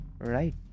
right